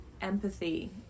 empathy